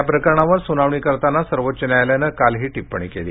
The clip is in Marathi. याप्रकरणावर सुनावणी करताना सर्वोच्च न्यायालयानं काल ही टिप्पणी केली